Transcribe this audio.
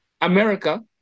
america